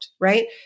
right